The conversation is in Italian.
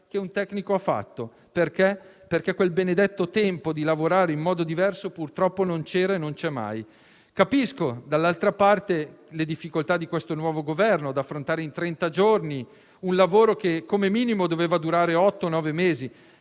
che ha fatto un tecnico, perché quel benedetto tempo di lavorare in modo diverso purtroppo non c'era e non c'è mai. Capisco, dall'altra parte, le difficoltà del nuovo Governo ad affrontare in trenta giorni un lavoro che, come minimo, doveva durare otto